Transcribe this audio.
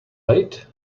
late